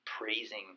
praising